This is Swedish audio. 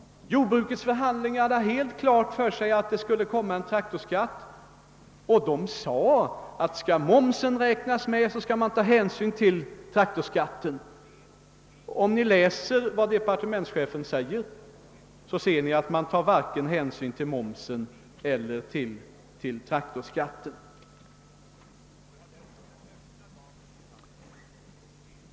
Jordbrukets förhandlare hade helt klart för sig att en traktorskatt skulle införas, och de sade att om momsen skall räknas med skall man även ta hänsyn till traktorskatten. Om ni läser vad departementschefen skriver ser ni att hänsyn tas varken till momsen eller till traktorskatten.